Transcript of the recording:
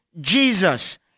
Jesus